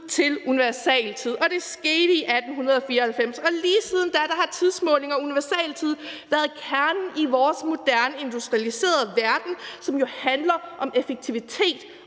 med universaltid. Det skete i 1894, og lige siden har tidsmåling og universaltid været kernen i vores moderne, industrialiserede verden, som jo handler om effektivitet